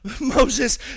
Moses